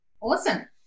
Awesome